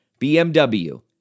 BMW